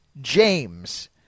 James